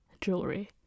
jewelry